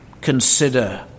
consider